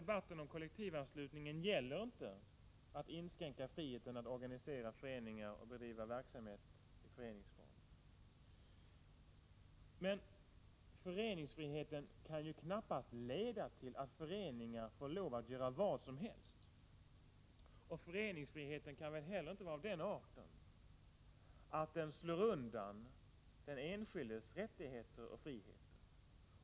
Debatten om kollektivanslutningen gäller inte att inskränka friheten att organisera föreningar och bedriva verksamhet i föreningsform. Men föreningsfriheten kan ju knappast leda till att föreningar får lov att göra vad som helst. Föreningsfriheten kan väl heller inte vara av den arten att den slår undan den enskildes rättigheter och friheter.